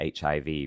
HIV